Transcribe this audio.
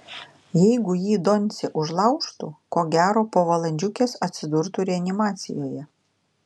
jeigu jį doncė užlaužtų ko gero po valandžiukės atsidurtų reanimacijoje